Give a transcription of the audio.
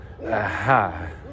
Aha